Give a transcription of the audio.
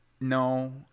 No